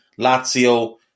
Lazio